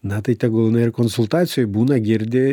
na tai tegul jinai ir konsultacijoj būna girdi